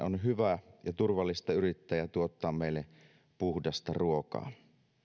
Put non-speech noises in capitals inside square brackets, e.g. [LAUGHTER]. [UNINTELLIGIBLE] on hyvä ja turvallista yrittää ja tuottaa meille puhdasta ruokaa